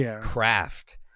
craft